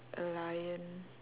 a lion